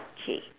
okay